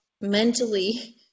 mentally